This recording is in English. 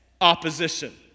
opposition